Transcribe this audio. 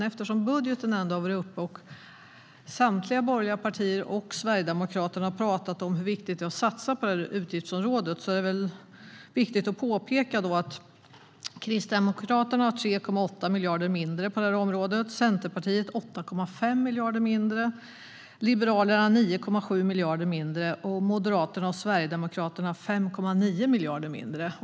Eftersom budgeten har varit uppe och samtliga borgerliga partier och Sverigedemokraterna har pratat om hur viktigt det är att satsa på utgiftsområdet vill jag påpeka att Kristdemokraterna har 3,8 miljarder mindre på det här området, Centerpartiet har 8,5 miljarder mindre, Liberalerna har 9,7 miljarder mindre och Moderaterna och Sverigedemokraterna har 5,9 miljarder mindre.